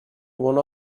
one